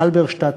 הלברשטאט,